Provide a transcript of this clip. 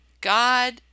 God